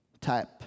type